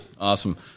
awesome